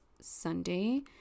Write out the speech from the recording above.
Sunday